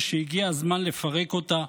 ושהגיע הזמן לפרק אותה.